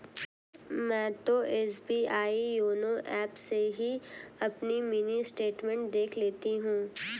मैं तो SBI YONO app से ही अपनी मिनी स्टेटमेंट देख लेती हूँ